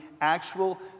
actual